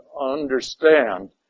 understand